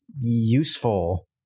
useful